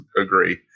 agree